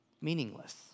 Meaningless